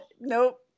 Nope